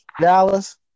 Dallas